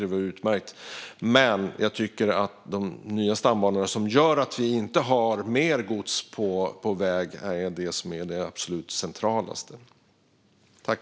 Det vore utmärkt, men jag tycker att det absolut mest centrala är nya stambanor som gör att vi inte får mer gods på väg.